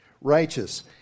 Righteous